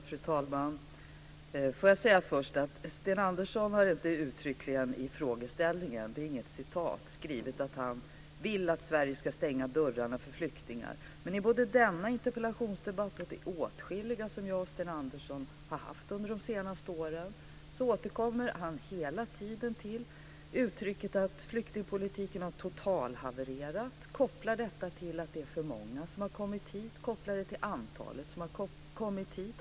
Fru talman! Jag vill först säga att Sten Andersson inte uttryckligen i frågeställningen skrivit att han vill att Sverige ska stänga dörrarna för flyktingar. Det är inget citat. Men både i denna interpellationsdebatt och i åtskilliga som jag och Sten Andersson har haft under de senaste åren återkommer han hela tiden till uttrycket att flyktingpolitiken har totalhavererat. Han kopplar det till att det är för många som har kommit hit, dvs. antalet som har kommit hit.